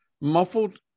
muffled